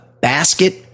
basket